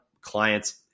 clients